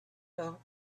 thought